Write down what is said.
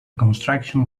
construction